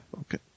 okay